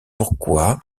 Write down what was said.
pourquoi